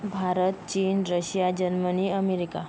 भारत चीन Russia Germany America